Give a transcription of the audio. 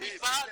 לעבוד במפעל.